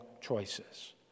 choices